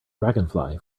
dragonfly